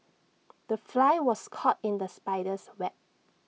the fly was caught in the spider's web